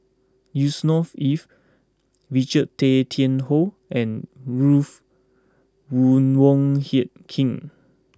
Yusnor Ef Richard Tay Tian Hoe and Ruth Wong Wang Hie King